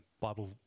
Bible